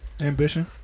Ambition